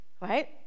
right